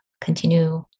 continue